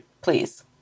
Please